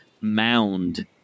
mound